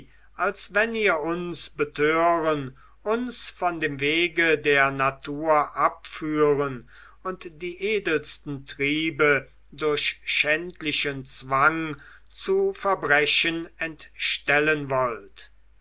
als wenn ihr uns betören uns von dem wege der natur abführen und die edelsten triebe durch schändlichen zwang zu verbrechen entstellen wollt